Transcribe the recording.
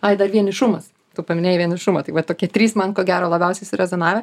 ai dar vienišumas tu paminėjai vienišumą tai va tokie trys man ko gero labiausiai surezonavę